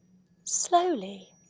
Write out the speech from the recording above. slowly